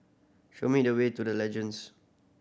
show me the way to The Legends